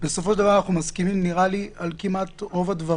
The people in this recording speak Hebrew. בסופו של דבר נראה לי שאנחנו מסכימים כמעט על רוב הדברים.